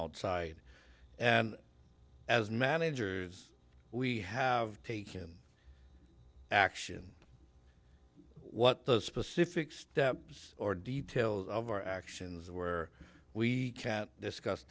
outside and as managers we have taken action what the specific steps or details of our actions where we discuss